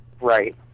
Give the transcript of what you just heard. Right